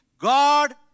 God